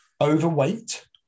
Overweight